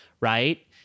right